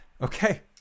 Okay